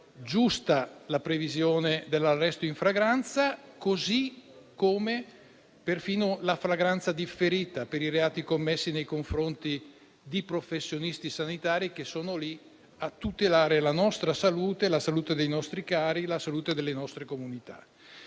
giusta la previsione dell'arresto in flagranza, come lo è perfino quella della flagranza differita per i reati commessi nei confronti di professionisti sanitari che sono lì a tutelare la salute nostra e quella dei nostri cari e delle nostre comunità.